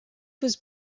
was